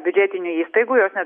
biudžetinių įstaigų jos ne